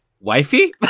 wifey